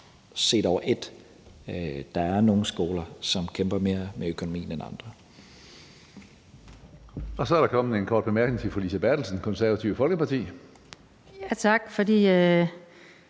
set over ét – der er nogle skoler, som kæmper mere med økonomien end andre.